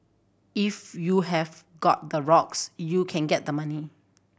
if you have got the rocks you can get the money